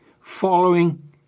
following